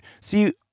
See –